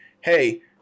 hey